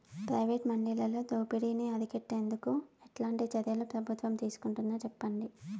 Private మండీలలో దోపిడీ ని అరికట్టేందుకు ఎట్లాంటి చర్యలు ప్రభుత్వం తీసుకుంటుందో చెప్పండి?